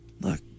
look